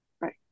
Right